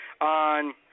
on